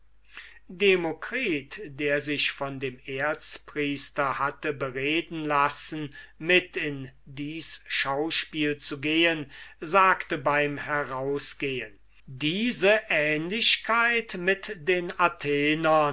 demokritus der sich von dem erzpriester hatte bereden lassen mit in dies schauspiel zu gehen sagte beim herausgehen diese ähnlichkeit mit den atheniensern